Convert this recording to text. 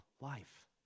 life